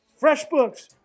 FreshBooks